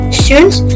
students